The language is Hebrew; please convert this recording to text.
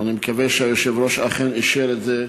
אני מקווה שהיושב-ראש אכן אישר את זה.